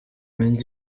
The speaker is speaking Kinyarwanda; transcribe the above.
indyo